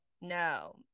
No